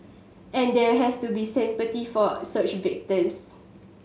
and there has to be sympathy for such victims